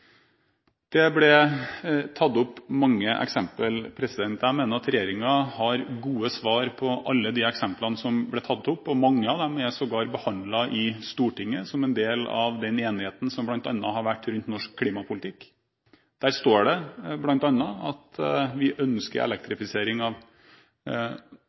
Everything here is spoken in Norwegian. Det ble trukket fram mange eksempler. Jeg mener at regjeringen har gode svar på alle de eksemplene som ble trukket fram, og mange av dem er sågar behandlet i Stortinget som en del av den enigheten som bl.a. har vært rundt norsk klimapolitikk. Der står det bl.a. at vi ønsker elektrifisering av